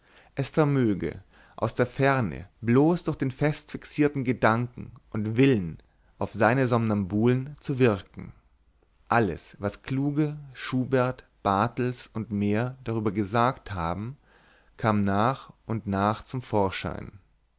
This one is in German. es vermöge aus der ferne bloß durch den festfixierten gedanken und willen auf seine somnambulen zu wirken alles was kluge schubert bartels u m darüber gesagt haben kam nach und nach zum vorschein